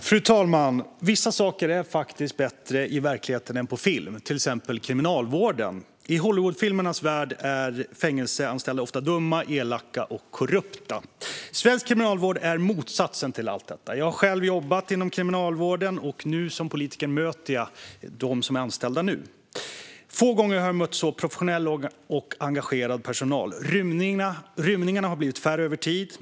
Fru talman! Vissa saker är faktiskt bättre i verkligheten än på film, till exempel kriminalvården. I Hollywoodfilmernas värld är fängelseanställda ofta dumma, elaka och korrupta. Svensk kriminalvård är motsatsen till allt detta. Jag har själv jobbat inom kriminalvården, och nu som politiker möter jag dem som nu är anställda. Få gånger har jag mött så professionell och engagerad personal. Rymningarna har blivit färre över tid.